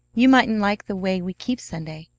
you mightn't like the way we keep sunday.